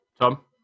Tom